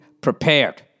prepared